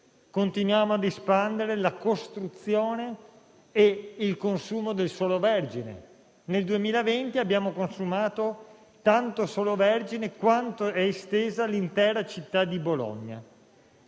continuiamo a espandere la costruzione e il consumo di suolo vergine. Nel 2020 abbiamo consumato tanto suolo vergine quanto è estesa l'intera città di Bologna.